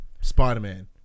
spider-man